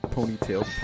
Ponytail